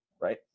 right